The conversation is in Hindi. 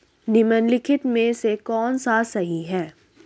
निम्नलिखित में से कौन सा सही है?